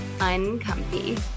uncomfy